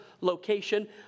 location